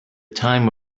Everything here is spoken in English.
time